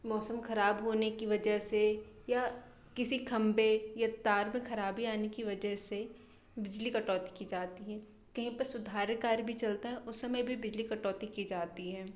मौसम खराब होने की वजह से या किसी खंभे या तार में खराबी आने की वजह से बिजली कटौती की जाती है कहीं पर सुधार कार्य भी चलता है उस समय भी बिजली कटौती की जाती हैं